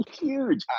huge